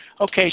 Okay